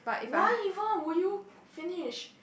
why even would you finish